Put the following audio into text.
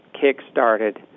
kick-started